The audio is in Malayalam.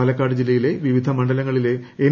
പാല്പക്കാട് ജില്ലയിലെ വിവിധ മണ്ഡലങ്ങളിലെ എൻ